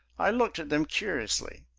i looked at them curiously.